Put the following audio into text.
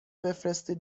بفرستین